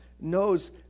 Knows